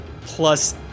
plus